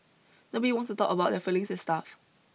nobody wants to talk about their feelings and stuff